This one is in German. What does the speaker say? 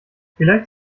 vielleicht